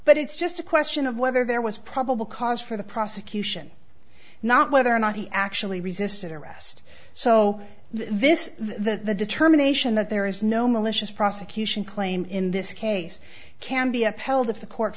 but it's just a question of whether there was probable cause for the prosecution not whether or not he actually resisted arrest so this that the determination that there is no malicious prosecution claim in this case can be upheld if the co